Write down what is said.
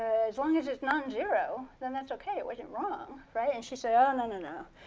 as long as it's non-zero, then that's okay, it wasn't wrong, right? and she said, oh, and and no,